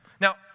Now